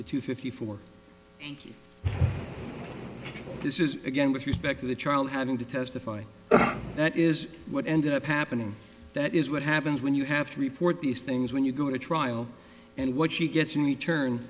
three to fifty four and this is again with respect to the child having to testify that is what ended up happening that is what happens when you have to report these things when you go to trial and what she gets in return